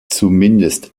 zumindest